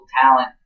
talent